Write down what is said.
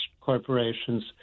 corporations